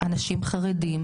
אצלי גם השקדייה,